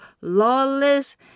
lawless